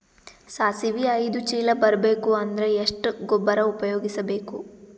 ಸಾಸಿವಿ ಐದು ಚೀಲ ಬರುಬೇಕ ಅಂದ್ರ ಎಷ್ಟ ಗೊಬ್ಬರ ಉಪಯೋಗಿಸಿ ಬೇಕು?